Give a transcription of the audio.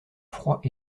froid